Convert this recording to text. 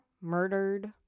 murdered